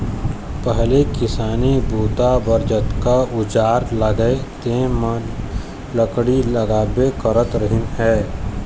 पहिली किसानी बूता बर जतका अउजार लागय तेन म लकड़ी लागबे करत रहिस हे